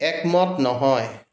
একমত নহয়